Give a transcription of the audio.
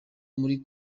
muri